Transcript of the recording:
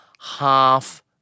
half